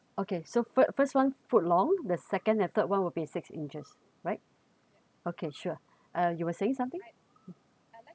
okay so first one foot long the second and third one will be six inches right okay sure uh you were saying something